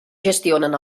gestionen